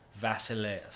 Vasilev